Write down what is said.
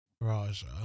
Raja